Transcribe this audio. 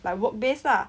like work-based lah